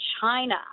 China